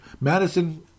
Madison